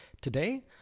today